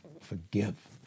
forgive